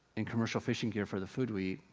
in commercial fishing gear for the food we eat,